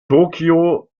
tokyo